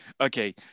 Okay